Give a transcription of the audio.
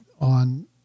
on